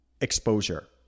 exposure